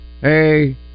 Hey